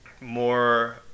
more